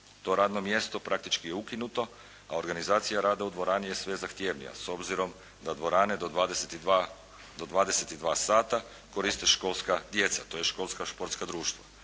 To radno mjesto praktički je ukinuto, a organizacija rada u dvorani je sve zahtjevnija, s obzirom da dvorane do 22 sata koriste školska djeca tj. školska športska društva.